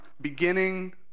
beginning